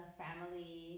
family